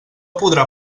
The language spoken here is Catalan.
podrà